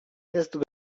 jest